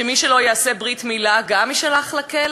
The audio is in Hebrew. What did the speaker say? שמי שלא יעשה ברית מילה גם יישלח לכלא,